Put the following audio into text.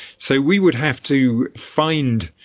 so we would have to find,